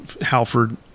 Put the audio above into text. Halford